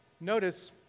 Notice